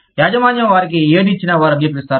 యాజమాన్యం వారికి ఏది ఇచ్చినా వారు అంగీకరిస్తారు